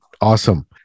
Awesome